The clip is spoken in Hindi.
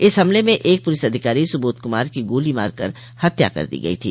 इस हमले में एक पुलिस अधिकारी सुबोध कुमार की गोली मारकर हत्या कर दी गई थी